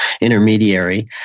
intermediary